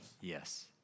Yes